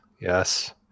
Yes